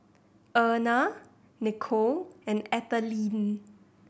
Erna Nicolle and Ethelene